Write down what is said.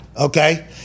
Okay